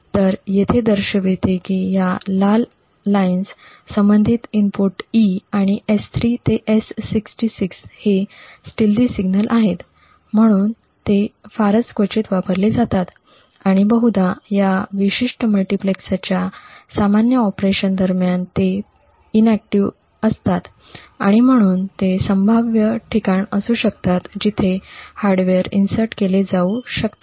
तर येथे दर्शविते की या लाल रेषांशी संबंधित इनपुटस 'E' आणि 'S3' ते 'S66' हे स्टिल्टथि सिग्नल आहेत म्हणून ते फारच क्वचित वापरले जातात आणि बहुधा या विशिष्ट मल्टीप्लेक्सरच्या सामान्य ऑपरेशन दरम्यान ते निष्क्रिय असतात आणि म्हणूनच ते संभाव्य ठिकाण असू शकतात जिथे हार्डवेअर ट्रोजन इन्सर्ट केले जाऊ शकते